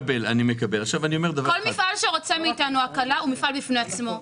כל מפעל שמבקש מאתנו הקלה הוא מפעל בפני עצמו.